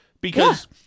Because-